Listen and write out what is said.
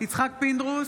יצחק פינדרוס,